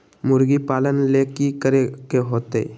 मुर्गी पालन ले कि करे के होतै?